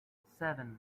seven